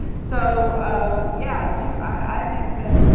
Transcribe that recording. so yeah, two, i think that,